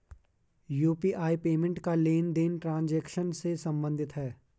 UPI payment का लेनदेन transaction से सम्बंधित है